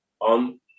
on